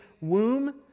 womb